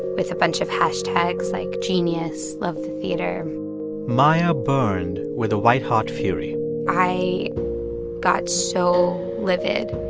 with a bunch of hashtags like genius, lovethetheater maia burned with a white-hot fury i got so livid.